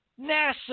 NASA